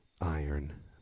Iron